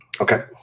Okay